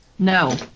No